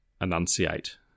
enunciate